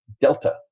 delta